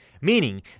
meaning